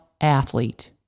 Athlete